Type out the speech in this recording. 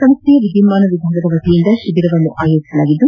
ಸಂಸ್ಥೆಯ ವಿದ್ಯುನ್ನಾನ ವಿಭಾಗದ ವತಿಯಿಂದ ಈ ಶಿಬಿರವನ್ನ ಆಯೋಜಿದ್ದು